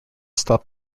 stop